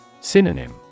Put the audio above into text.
Synonym